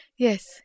Yes